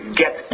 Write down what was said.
get